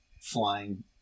flying